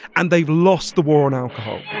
and they've lost the war on alcohol